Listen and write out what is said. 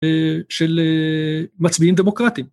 של מצביעים דמוקרטיים